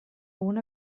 una